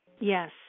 Yes